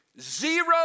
zero